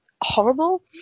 horrible